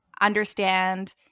understand